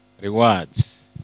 Rewards